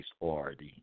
ORD